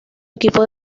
equipo